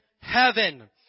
heaven